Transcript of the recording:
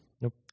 Nope